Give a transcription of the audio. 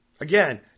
Again